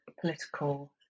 political